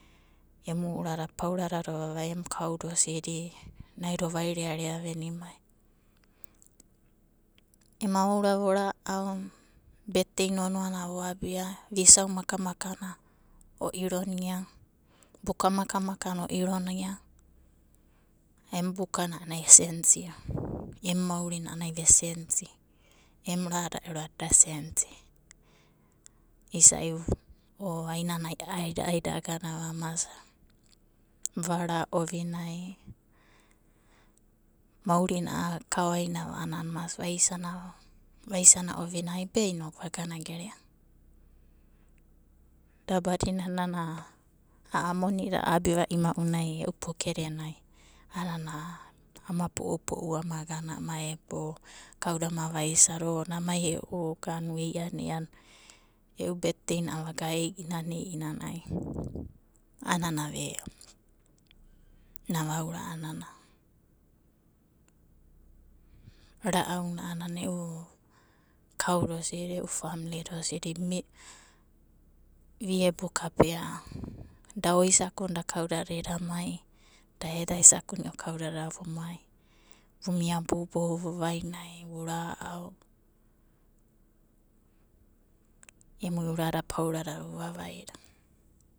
Emu urada pauradada vavaina emu kauda osidi naida ovairearea venimaiva. Ema ourava vora'au, birthday nonoana voabia, viusau makamaka o'ironia buka makamakana o'ironiava em bukana anai esensiva. Em maurina a'anai ve sensi, em rada ero a'ana eda sensi. Isai a'ana ai aida aidagana mas vara ovinai maurina a'a akaoainava a'ana mas vaisana ovinai be inoku ai vagana gerea. Da badina nana a'a monida a'abiva ima'unai a'adava e'u pokedenai ama po'upo'u amagana ama eboebo ama vaisada o nanai e'u e'u betdeina a'ana vaga i'inana i'nana ve'o. Nana vaura a'anana ra'auna a'anana e'u kauda osi e'u famlida osidi viebo kapea a'a oisa'akunda da eda isa'akuni'o kaudada edamai vumia boubou vura'au vuvainai. Emui urada pauradada vuvavaidia.